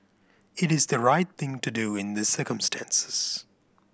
it is the right thing to do in the circumstances